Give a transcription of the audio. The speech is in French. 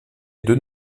deux